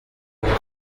are